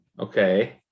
Okay